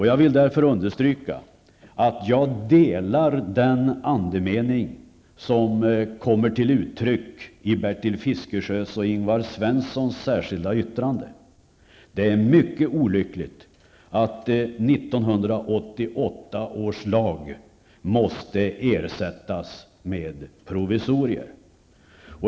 Jag vill understryka att jag delar den andemening som kommer till uttryck i Bertil Fiskesjös och Ingvar Svenssons särskilda yttrande. Det är mycket olyckligt att 1988 års lag måste ersättas med provisorier.